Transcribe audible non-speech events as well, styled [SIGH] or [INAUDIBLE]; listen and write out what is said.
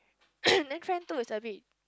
[NOISE] then friend two is a bit